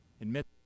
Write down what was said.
admit